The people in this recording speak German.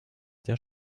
der